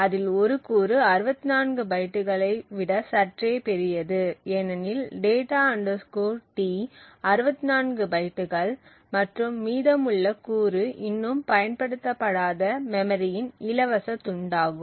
அதில் ஒரு கூறு 64 பைட்டுகளை விட சற்றே பெரியது ஏனெனில் data T 64 பைட்டுகள் மற்றும் மீதமுள்ள கூறு இன்னும் பயன்படுத்தப்படாத மெமரியின் இலவச துண்டாகும்